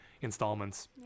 installments